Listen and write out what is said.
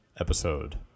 episode